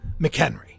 McHenry